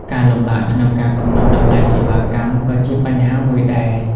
ការលំបាកក្នុងការកំណត់តម្លៃសេវាកម្មក៏ជាបញ្ហាមួយដែរ។